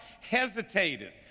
hesitated